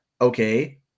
okay